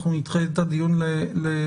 אנחנו נדחה את הדיון למחר.